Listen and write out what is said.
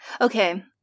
Okay